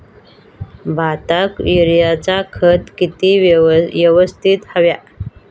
भाताक युरियाचा खत किती यवस्तित हव्या?